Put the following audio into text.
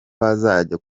bazajya